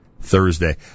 Thursday